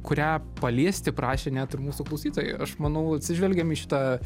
kurią paliesti prašė net mūsų klausytojai aš manau atsižvelgiam į šitą